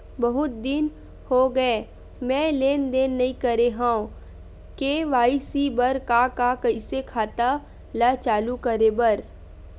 बहुत दिन हो गए मैं लेनदेन नई करे हाव के.वाई.सी बर का का कइसे खाता ला चालू करेबर?